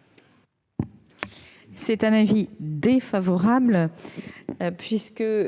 est l'avis du Gouvernement ?